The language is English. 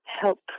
help